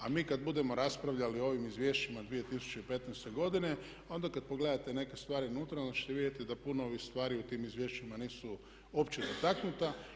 A mi kad budemo raspravljali o ovim izvješćima 2015. godine onda kad pogledate neke stvari unutra onda ćete vidjeti da puno ovih stvari u tim izvješćima nisu opće dotaknute.